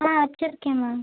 ஆ வச்சுருக்கேன் மேம்